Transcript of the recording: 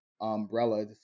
umbrella